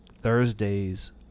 Thursdays